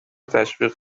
تشویق